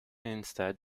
instead